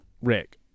Rick